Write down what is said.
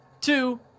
Two